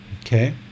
Okay